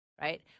right